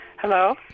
Hello